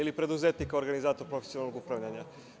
Ili preduzetnik, kao organizator profesionalnog upravljanja?